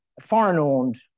foreign-owned